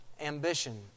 ambition